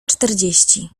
czterdzieści